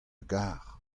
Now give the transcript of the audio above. gar